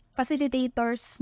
facilitators